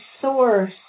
source